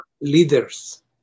leaders